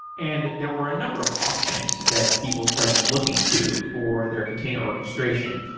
and there were a number of options that people started looking to for their container orchestration.